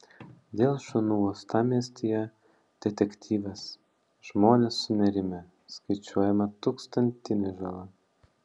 dėl šunų uostamiestyje detektyvas žmonės sunerimę skaičiuojama tūkstantinė žala